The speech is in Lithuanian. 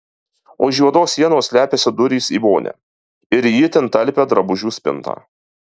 už juodos sienos slepiasi durys į vonią ir į itin talpią drabužių spintą